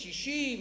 קשישים,